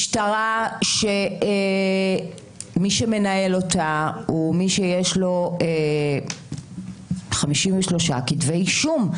משטרה שמי שמנהל אותה הוא מי שיש לו 53 כתבי אישום.